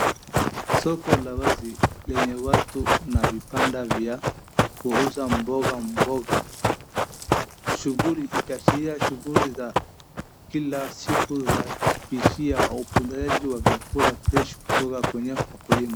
Soko la wazi lenye watu na vibanda vya kuuza mboga. Ikiashiria shughuli za kila siku za kuuzia vyakula freshi kutoka kwenye ukulima.